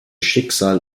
schicksal